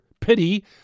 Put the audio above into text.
pity